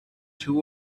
two